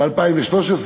ב-2013.